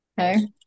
Okay